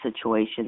situation